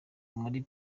muri